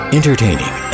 Entertaining